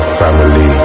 family